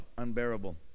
Unbearable